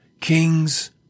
kings